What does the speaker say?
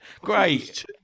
Great